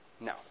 No